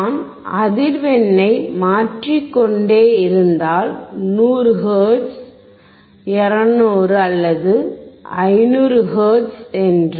நான் அதிர்வெண்ணை மாற்றிக் கொண்டே இருந்தால் 100 ஹெர்ட்ஸை 200 அல்லது 500 ஹெர்ட்ஸ் என்று